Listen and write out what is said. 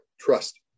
trust